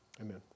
Amen